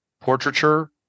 Portraiture